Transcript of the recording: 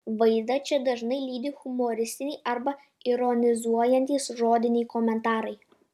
vaizdą čia dažnai lydi humoristiniai arba ironizuojantys žodiniai komentarai